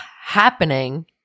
happening